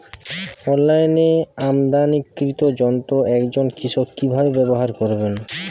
অনলাইনে আমদানীকৃত যন্ত্র একজন কৃষক কিভাবে ব্যবহার করবেন?